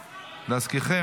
להזכירכם,